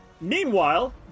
Meanwhile